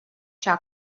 cea